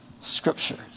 scriptures